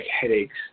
headaches